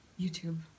YouTube